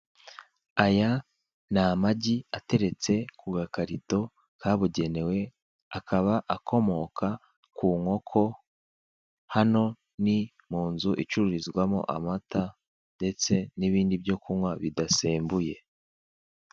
Aya ni amagi ateretse ku gakarito kabugenewe akaba akomoka ku nkoko, hano ni mu nzu icururizwamo amata ndetse n'ibindi byokunywa bidasembuye.